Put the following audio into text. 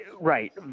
Right